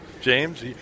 James